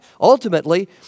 ultimately